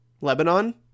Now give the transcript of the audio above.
Lebanon